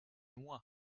moi